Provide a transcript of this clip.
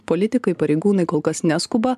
politikai pareigūnai kol kas neskuba